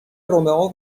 رومئو